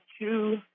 two